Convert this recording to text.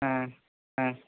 ಹಾಂ ಹಾಂ